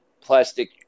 plastic